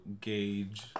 gauge